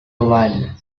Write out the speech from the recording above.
oval